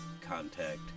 contact